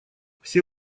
все